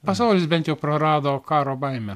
pasaulis bent jau prarado karo baimę